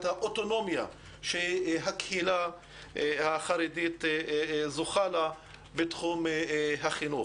האוטונומיה שהקהילה החרדית זוכה לה בתחום החינוך.